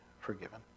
forgiven